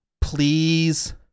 please